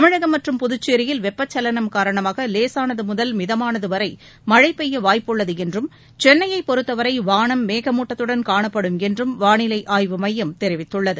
தமிழகம் மற்றும் புதுச்சேரியில் வெப்பச் சலனம் காரணமாக லேசானது முதல் மிதமானது வரை மழை பெய்ய வாய்ப்புள்ளது என்றும் சென்னையைப் பொறுத்தவரை வானம் மேகமூட்டத்துடன் காணப்படும் என்றும் வானிலை ஆய்வு மையம் தெரிவித்துள்ளது